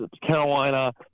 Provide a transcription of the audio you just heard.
Carolina